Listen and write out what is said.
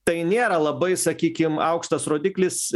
tai nėra labai sakykim aukštas rodiklis